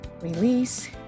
release